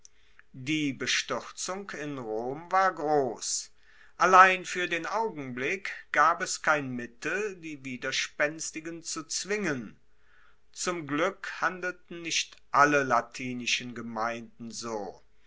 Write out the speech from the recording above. die bestuerzung in rom war gross allein fuer den augenblick gab es kein mittel die widerspenstigen zu zwingen zum glueck handelten nicht alle latinischen gemeinden so